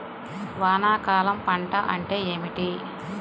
వానాకాలం పంట అంటే ఏమిటి?